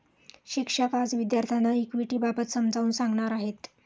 शिक्षक आज विद्यार्थ्यांना इक्विटिबाबत समजावून सांगणार आहेत